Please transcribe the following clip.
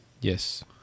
Yes